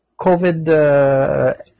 COVID